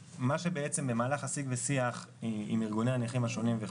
במהלך השיג ושיח עם ארגוני הנכים השונים,